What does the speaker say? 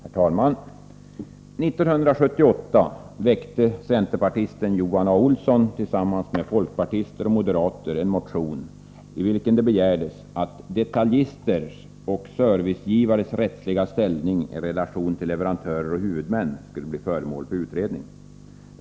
Herr talman! År 1978 väckte centerpartisten Johan A. Olsson tillsammans med folkpartister och moderater en motion i vilken begärdes att detaljisters och servicegivares rättsliga ställning i relation till leverantörer och huvudmän skulle bli föremål för utredning.